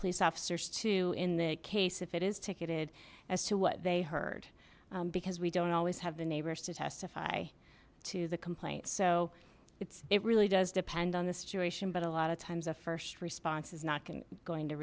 police officers to in the case if it is ticketed as to what they heard because we don't always have the neighbors to testify to the complaint so it's it really does depend on the situation but a lot of times the first response is not going to